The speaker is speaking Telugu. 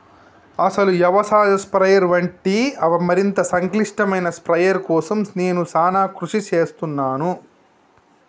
అసలు యవసాయ స్ప్రయెర్ వంటి మరింత సంక్లిష్టమైన స్ప్రయెర్ కోసం నేను సానా కృషి సేస్తున్నాను